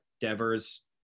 Devers